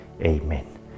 Amen